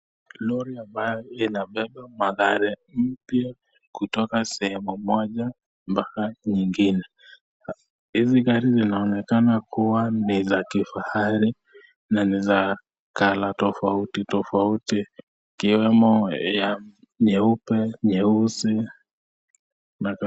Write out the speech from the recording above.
Lori ambayo inabeba magari mpya kutoka sehemu moja mpaka nyingine ,hizi gari zinaonekana kuwa ni za kifahali na ni za colour tofauti tofauti ikiwemo ya nyeupe, nyeusi.